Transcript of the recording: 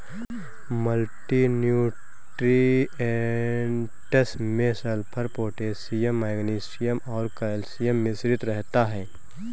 multi nutrients में sulphur, potassium magnesium और calcium मिश्रित रहता है